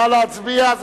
נא להצביע.